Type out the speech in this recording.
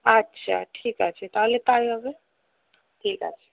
আচ্ছা ঠিক আছে তাহলে তাই হবে ঠিক আছে